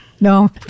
No